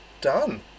Done